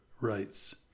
rights